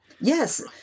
Yes